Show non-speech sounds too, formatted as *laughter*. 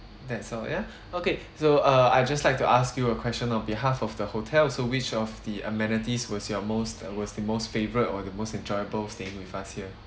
that's all ya *breath* okay so uh I just like to ask you a question on behalf of the hotel so which of the amenities was your most was the most favorite or the most enjoyable staying with us here